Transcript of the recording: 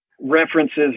references